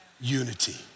unity